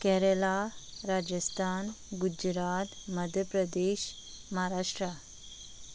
Kerala Rajasthan Gujarat Madhya Pradesh Maharashtra